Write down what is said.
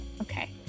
Okay